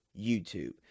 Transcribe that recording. YouTube